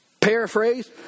Paraphrase